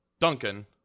duncan